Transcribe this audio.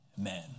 amen